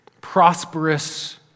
prosperous